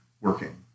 working